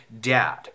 dad